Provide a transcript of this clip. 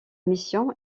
mission